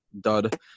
dud